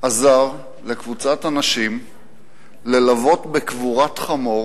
עזר לקבוצת אנשים ללוות בקבורת חמור